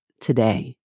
today